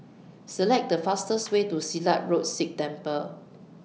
Select The fastest Way to Silat Road Sikh Temple